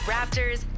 Raptors